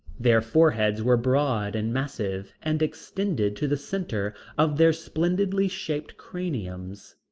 their foreheads were broad and massive and extended to the center of their splendidly shaped craniums.